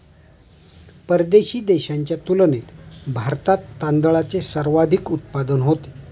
परदेशी देशांच्या तुलनेत भारतात तांदळाचे सर्वाधिक उत्पादन होते